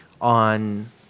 on